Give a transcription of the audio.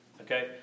Okay